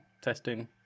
testing